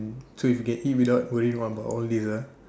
so if we can eat without worrying about all these ah